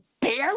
barely